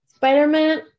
Spider-Man